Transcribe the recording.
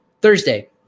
thursday